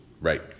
Right